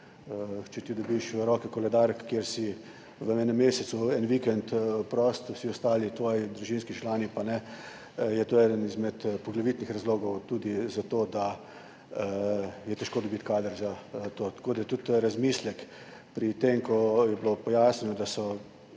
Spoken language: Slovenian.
Če ti dobiš v roke koledar, kjer si v enem mesecu en vikend prost, vsi ostali tvoji družinski člani pa ne, je to eden izmed poglavitnih razlogov tudi za to, da je težko dobiti kader za to. Tako da tudi to v razmislek pri tem, ko je bilo pojasnjeno, da